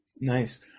Nice